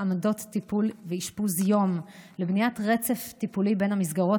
עמדות טיפול ואשפוז יום לבניית רצף טיפולי בין המסגרות